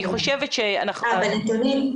לנתונים,